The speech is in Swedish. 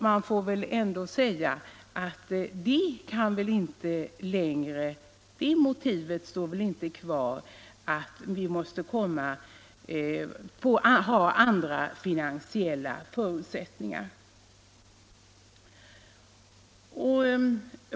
Man får väl ändå säga att nu kvarstår inte det motivet att vi måste ha andra finansiella förutsättningar.